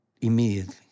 immediately